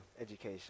education